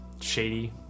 shady